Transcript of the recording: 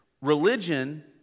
Religion